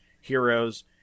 heroes